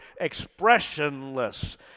expressionless